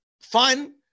Fun